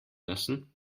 lassen